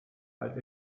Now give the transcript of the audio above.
halt